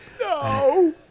No